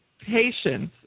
patients